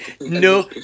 no